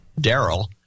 Daryl